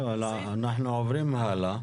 לא, אנחנו עוברים האלה.